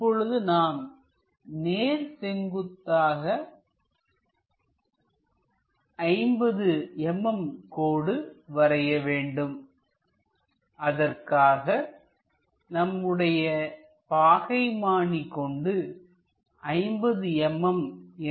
இப்பொழுது நாம் நேர் செங்குத்தாக 50 mm கோடு வரைய வேண்டும் அதற்காக நம்முடைய பாகைமானி கொண்டு 50 mm என்ற அளவை குறிக்கலாம்